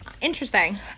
Interesting